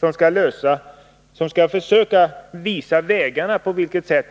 Kommittén skall försöka anvisa vägar för att